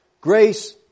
Grace